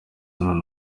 none